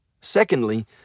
Secondly